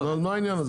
אז מה העניין הזה?